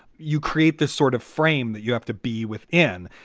you create this sort of frame that you have to be within.